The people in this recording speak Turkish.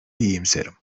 iyimserim